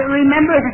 remember